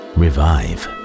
revive